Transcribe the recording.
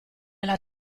alla